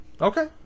Okay